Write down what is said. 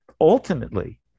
ultimately